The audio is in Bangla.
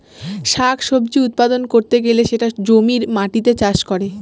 শাক সবজি উৎপাদন করতে গেলে সেটা জমির মাটিতে চাষ করে